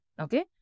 Okay